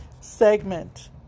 segment